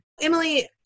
Emily